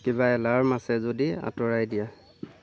কিবা এলাৰ্ম আছে যদি আঁতৰাই দিয়া